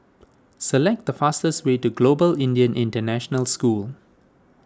select the fastest way to Global Indian International School